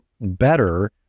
better